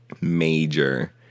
major